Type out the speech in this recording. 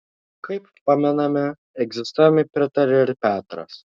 kaip pamename egzistavimui pritarė ir petras